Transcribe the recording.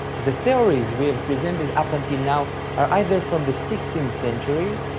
the theories we have presented up until now are either from the sixteenth century,